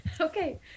Okay